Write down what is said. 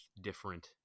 different